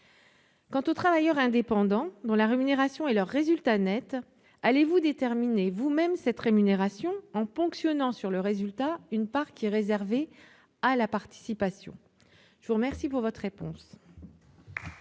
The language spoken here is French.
des travailleurs indépendants, dont la rémunération est leur résultat net, allez-vous déterminer vous-même cette rémunération en ponctionnant sur le résultat une part réservée à la participation ? Je vous remercie de bien